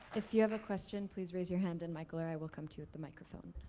if you have a question, please raise your hand and micheal or i will come to you with the microphone.